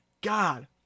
God